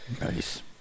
Nice